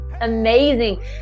amazing